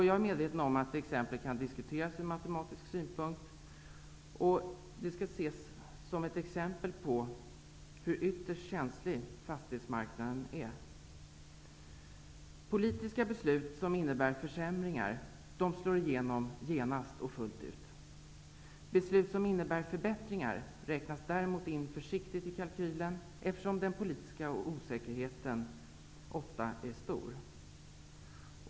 Jag är medveten om att det exemplet ur matematisk synpunkt kan diskuteras. Det skall ses som ett exempel på hur ytterst känslig fastighetsmarknaden är. Politiska beslut som innebär försämringar slår igenom genast och fullt ut. Beslut som innebär förbättringar räknas däremot försiktigt in i kalkylen, eftersom den politiska osäkerheten ofta är stor.